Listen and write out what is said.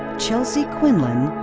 chelsea quinlan,